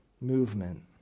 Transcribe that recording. movement